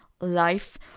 life